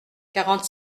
quarante